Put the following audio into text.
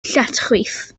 lletchwith